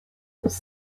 whose